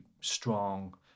strong